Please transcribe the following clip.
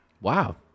Wow